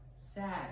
sad